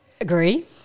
Agree